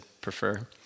prefer